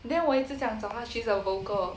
T